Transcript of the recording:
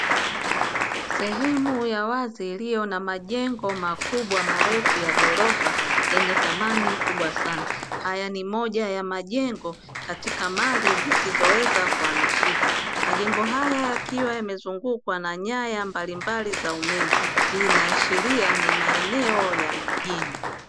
Sehemu ya wazi iliyo na majengo makubwa marefu ya ghorofa yenye thamani kubwa sana, haya ni moja ya majengo katika mali zisizoweza kuhamishika, majengo haya yamezungukwa na nyanya mbalimbali za umeme hii inaashiria ni maeneo ya mijini.